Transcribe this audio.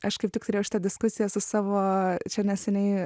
aš kaip tik turėjau šitą diskusiją su savo čia neseniai